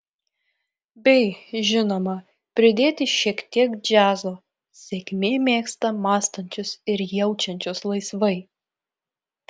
bei žinoma pridėti šiek tiek džiazo sėkmė mėgsta mąstančius ir jaučiančius laisvai